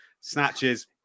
snatches